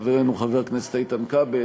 חברנו חבר הכנסת איתן כבל.